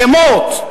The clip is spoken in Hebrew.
שמות,